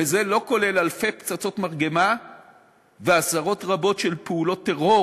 וזה לא כולל אלפי פצצות מרגמה ועשרות רבות של פעולות טרור